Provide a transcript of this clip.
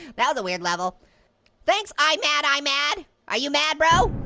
now the weird level thanks. i'm mad. i'm mad are you mad bro?